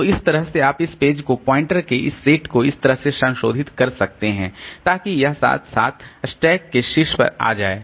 तो इस तरह से आप इस पेज को पॉइंटर्स के इस सेट को इस तरह से संशोधित कर सकते हैं ताकि यह 7 स्टैक के शीर्ष पर आ जाए